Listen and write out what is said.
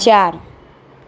ચાર